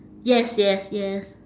yes yes yes